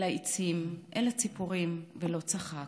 אל העצים, אל הציפורים, ולא צחק.